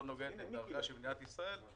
לא "נוגדת את ערכיה של מדינת ישראל".